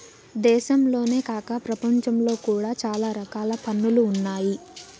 దేశంలోనే కాక ప్రపంచంలో కూడా చాలా రకాల పన్నులు ఉన్నాయి